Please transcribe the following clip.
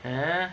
uh